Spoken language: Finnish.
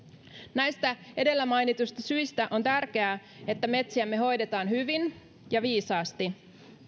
näistä edellä mainituista syistä on tärkeää että metsiämme hoidetaan hyvin ja viisaasti